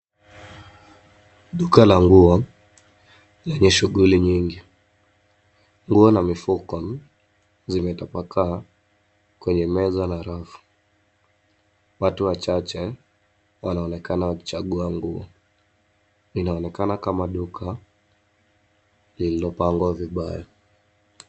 Duka la nguo lenye shughuli nyingi. Nguo na mifuko zimetapakaa kwenye meza na rafu. Watu wachache wanaonekana wakichagua nguo. Linaonekana kama duka lililopangwa vibaya.